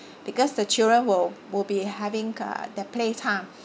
because the children will will be having uh their play time